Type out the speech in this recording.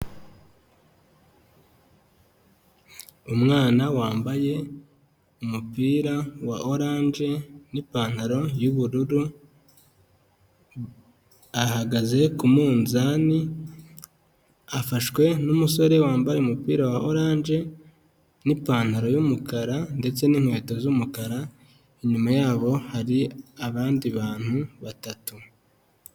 Umwana wambaye umupira wa oranje n'ipantaro y'ubururu, ahagaze ku munzani, afashwe n'umusore wambaye umupira wa oranje n'ipantaro y'umukara ndetse n'inkweto z'umukara, inyuma yabo hari abandi bantu batatu.